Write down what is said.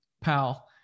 pal